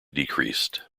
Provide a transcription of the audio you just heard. decreased